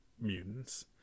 mutants